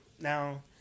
Now